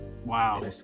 wow